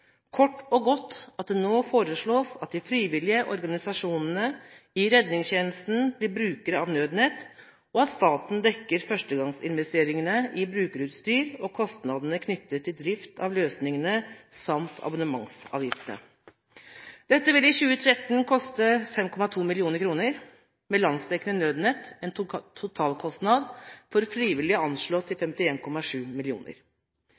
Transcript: kort og godt at det nå foreslås at de frivillige organisasjonene i redningstjenesten blir brukere av Nødnett, og at staten dekker førstegangsinvesteringene i brukerutstyr og kostnadene knyttet til drift av løsningene samt abonnementsavgiftene. Dette vil i 2013 koste 5,2 mill. kr. Med landsdekkende Nødnett er totalkostnadene for frivillige anslått til